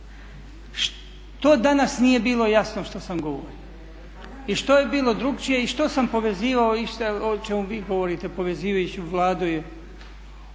Što danas nije bilo jasno što sam govorio i što je bilo drukčije i što sam povezivao o čemu vi govorite povezivajući vladu.